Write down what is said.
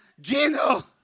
Gino